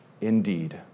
indeed